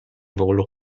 volo